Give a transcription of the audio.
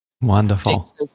Wonderful